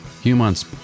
Humans